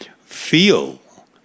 feel